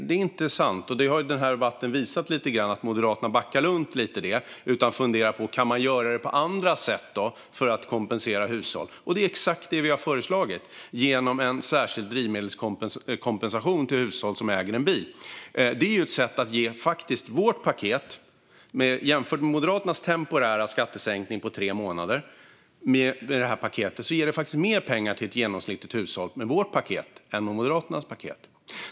Det är inte sant, och denna debatt har lite grann visat hur Moderaterna backar runt det. Man kan fundera på om man kan kompensera hushåll på andra sätt, och det är exakt vad vi har föreslagit genom en särskild drivmedelskompensation till hushåll som äger en bil. Om man jämför med Moderaternas temporära skattesänkning på tre månader ser man att vårt paket faktiskt ger mer pengar till ett genomsnittligt hushåll än vad Moderaternas paket gör.